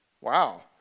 Wow